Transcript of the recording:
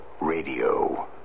radio